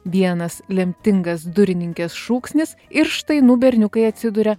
vienas lemtingas durininkės šūksnis ir štainų berniukai atsiduria